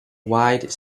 wide